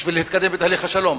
בשביל להתקדם בתהליך השלום.